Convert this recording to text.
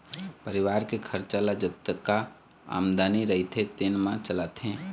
परिवार के खरचा ल जतका आमदनी रहिथे तेने म चलाथे